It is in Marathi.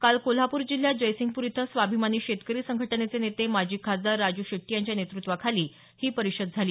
काल कोल्हापूर जिल्ह्यात जयसिंगपूर इथं स्वाभिमानी शेतकरी संघटनेचे नेते माजी खासदार राजू शेट्टी यांच्या नेतृत्वाखाली ही परिषद झाली